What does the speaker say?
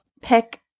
pick